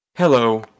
Hello